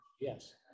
Yes